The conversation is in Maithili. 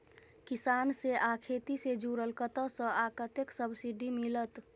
किसान से आ खेती से जुरल कतय से आ कतेक सबसिडी मिलत?